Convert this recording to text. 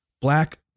black